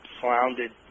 floundered